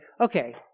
okay